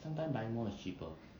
sometimes buying more is cheaper